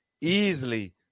easily